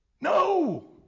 No